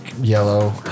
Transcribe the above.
yellow